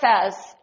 says